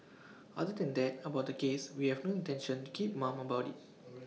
other than that about the case we have no intention to keep mum about IT